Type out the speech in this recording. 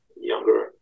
younger